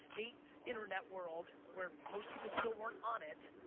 eight internet world where most people still weren't on it